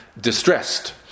distressed